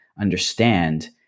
understand